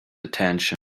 attention